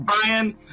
Brian